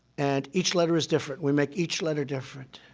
and each letter is different. we make each letter different.